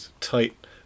tight